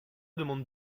demande